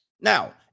Now